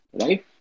right